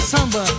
Samba